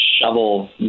shovel